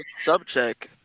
subject